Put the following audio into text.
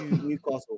Newcastle